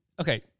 Okay